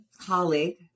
colleague